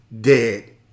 dead